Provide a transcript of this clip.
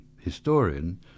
historian